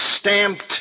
stamped